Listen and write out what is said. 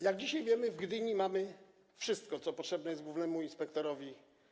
Jak dzisiaj wiemy, w Gdyni mamy wszystko, co jest potrzebne głównemu inspektorowi.